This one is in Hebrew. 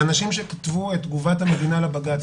האנשים שכתבו את תגובת המדינה לבג"ץ,